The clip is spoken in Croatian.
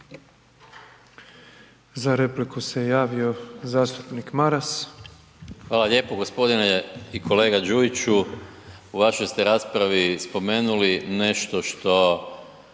Za repliku se javio zastupnik Maras. **Maras, Gordan (SDP)** Hvala lijepo. Gospodine i kolega Đujiću u vašoj ste raspravi spomenuli nešto što